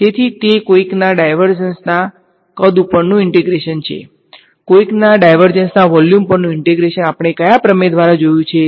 તેથી તે કોઈકના ડાયવર્જન્સ ના કદ બનશે